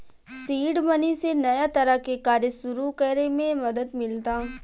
seed money से नया तरह के कार्य सुरू करे में मदद मिलता